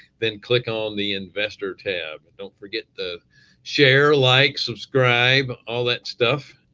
then click on the investor tab. and don't forget the share, like subscribe all that stuff.